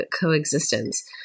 coexistence